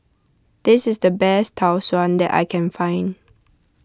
this is the best Tau Suan that I can find